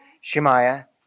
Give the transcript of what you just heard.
Shemaiah